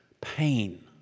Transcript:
pain